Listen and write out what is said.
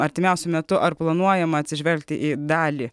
artimiausiu metu ar planuojama atsižvelgti į dalį